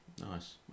nice